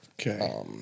Okay